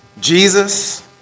Jesus